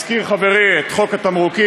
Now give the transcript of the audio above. הזכיר חברי את חוק התמרוקים,